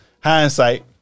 hindsight